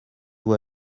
vous